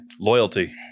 Loyalty